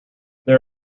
there